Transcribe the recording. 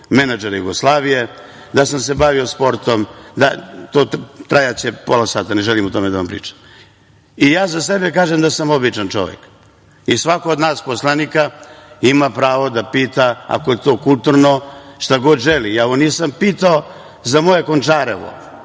„menadžer Jugoslavije“, da sam se bavio sportom, trajaće pola sata, ne želim o tome da vam pričam, i ja za sebe kažem da sam običan čovek i svako od nas poslanika ima pravo da pita, ako je to kulturno, šta god želi. Ja ovo nisam pitao za moje Končarevo,